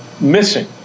missing